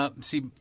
See